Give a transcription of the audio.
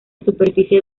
superficie